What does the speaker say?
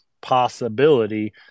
possibility